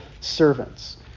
servants